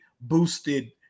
boosted